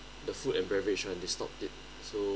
the food and beverage [one] they stopped it so